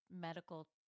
medical